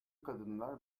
kadınlar